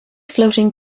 floating